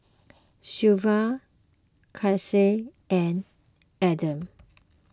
Silvia Casey and Edyth